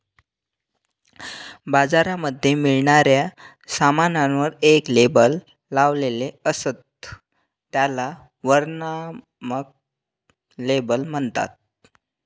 बाजारामध्ये मिळणाऱ्या सामानावर एक लेबल लावलेले असत, त्याला वर्णनात्मक लेबल म्हणतात